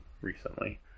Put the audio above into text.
recently